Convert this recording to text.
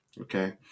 Okay